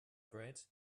bread